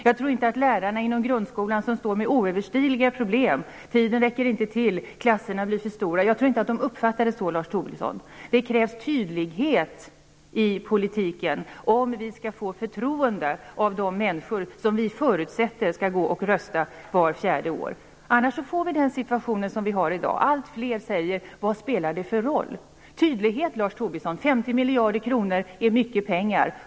Jag tror inte att lärarna inom grundskolan, som står med oöverstigliga problem - tiden räcker inte till och klasserna blir för stora - uppfattar det så, Lars Tobisson. Det krävs tydlighet i politiken om vi skall få förtroende av de människor som vi förutsätter skall gå och rösta vart fjärde år. Annars får vi den situation vi har i dag; alltfler säger: Vad spelar det för roll? Det krävs tydlighet, Lars Tobisson. 50 miljarder kronor är mycket pengar.